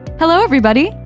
hello everybody,